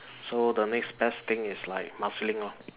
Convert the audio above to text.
so the next best thing is like Marsiling lor